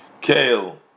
Kale